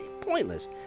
Pointless